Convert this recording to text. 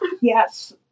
Yes